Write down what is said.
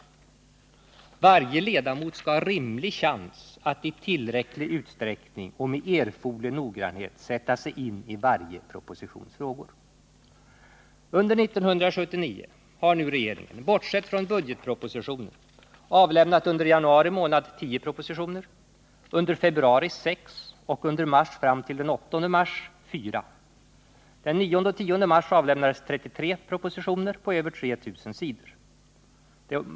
Varje ledamot skall ha rimlig chans att i tillräcklig utsträckning och med erforderlig noggrannhet sätta sig in i varje propositions frågor. Under 1979 har regeringen, bortsett från budgetpropositionen, avlämnat under januari månad tio propositioner, under februari sex propositioner och under mars fram t.o.m. den 8 mars 4 propositioner. Den 9 och 10 mars avlämnades 33 propositioner på över 3 000 sidor.